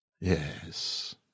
Yes